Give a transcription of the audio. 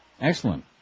Excellent